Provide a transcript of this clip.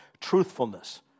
truthfulness